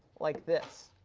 like this.